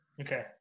Okay